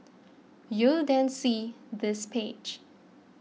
you'll then see this page